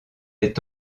est